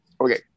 Okay